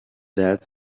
dead